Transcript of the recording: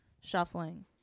shuffling